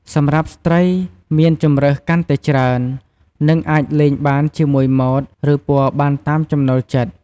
សម្រាប់ស្ត្រីមានជម្រើសកាន់តែច្រើន និងអាចលេងបានជាមួយម៉ូដ ឬពណ៌បានតាមចំណូលចិត្ត។